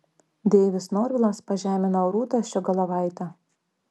deivis norvilas pažemino rūtą ščiogolevaitę